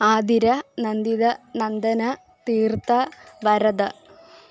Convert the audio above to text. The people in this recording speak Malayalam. ആതിര നന്ദിത നന്ദന തീർത്ഥ വരധ